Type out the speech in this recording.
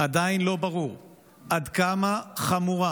עדיין לא ברור עד כמה חמורה